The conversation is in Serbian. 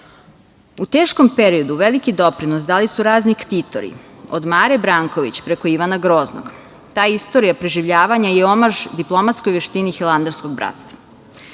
teškom periodu veliki doprinos dali su razni ktitori, od Mare Branković preko Ivana Groznog. Ta istorija preživljavanja je omaž diplomatskoj veštini hilandarskog